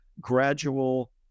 gradual